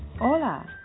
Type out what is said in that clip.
hola